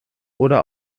oder